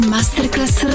Masterclass